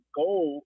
goal